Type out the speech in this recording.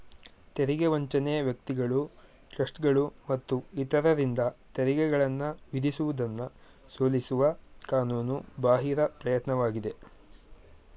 ತೆರಿಗೆ ವಂಚನೆ ವ್ಯಕ್ತಿಗಳು ಟ್ರಸ್ಟ್ಗಳು ಮತ್ತು ಇತರರಿಂದ ತೆರಿಗೆಗಳನ್ನ ವಿಧಿಸುವುದನ್ನ ಸೋಲಿಸುವ ಕಾನೂನು ಬಾಹಿರ ಪ್ರಯತ್ನವಾಗಿದೆ